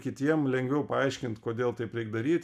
kitiem lengviau paaiškint kodėl taip reik daryt